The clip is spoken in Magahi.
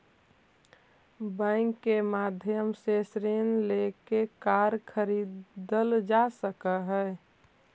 बैंक के माध्यम से ऋण लेके कार खरीदल जा सकऽ हइ